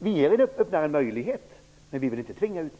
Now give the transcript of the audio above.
Vi ger dem en möjlighet, men vi vill inte tvinga någon.